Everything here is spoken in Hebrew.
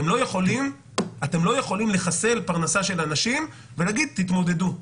אתם לא יכולים לחסל פרנסה של אנשים ולהגיד תתמודדו.